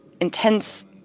intense